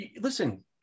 listen